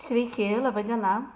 sveiki laba diena